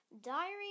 Diary